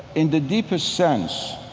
in the deepest sense,